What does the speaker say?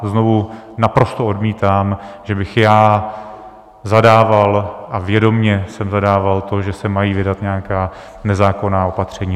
Znovu naprosto odmítám, že bych zadával a vědomě jsem zadával to, že se mají vydat nějaká nezákonná opatření.